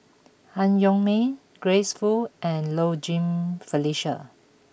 Han Yong May Grace Fu and Low Jimenez Felicia